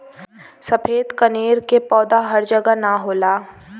सफ़ेद कनेर के पौधा हर जगह ना होला